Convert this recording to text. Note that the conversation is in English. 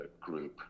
group